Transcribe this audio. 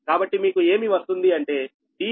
కాబట్టి మీకు ఏమి వస్తుంది అంటే Deq 6